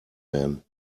werden